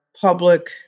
public